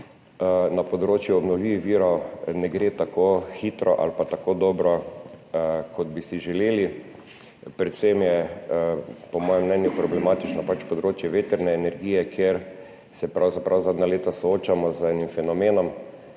na področju obnovljivih virov ne gre tako hitro ali pa tako dobro, kot bi si želeli. Predvsem je po mojem mnenju problematično področje vetrne energije, kjer se pravzaprav zadnja leta soočamo z enim fenomenom,